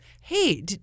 hey